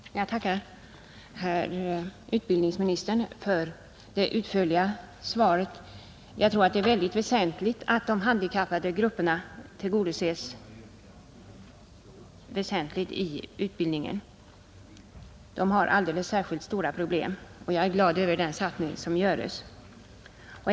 Herr talman! Jag tackar herr utbildningsministern för det utförliga svaret. Jag tror att det är mycket viktigt att de handikappade grupperna tillgodoses väsentligt i trafikutbildningen. De har alldeles särskilt stora problem, och jag är glad över den satsning som görs.